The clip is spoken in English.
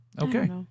Okay